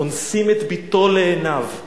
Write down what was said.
אונסים את בתו לעיניו,